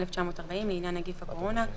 1940 לעניין נגיף הקורונה,